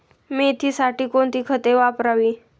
मेथीसाठी कोणती खते वापरावी?